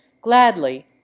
gladly